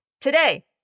Today